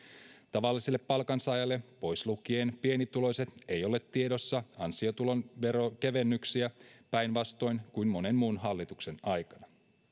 tavalliselle palkansaajalle pois lukien pienituloiset ei ole tiedossa ansiotuloveron kevennyksiä päinvastoin kuin monen muun hallituksen aikana